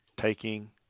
taking